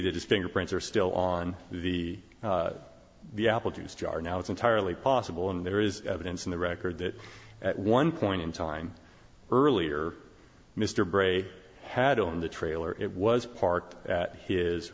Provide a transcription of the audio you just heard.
that his fingerprints are still on the the apple juice jar now it's entirely possible and there is evidence in the record that at one point in time earlier mr bray had owned the trailer it was parked at his